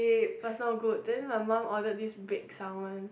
but is not good then my mum ordered this baked salmon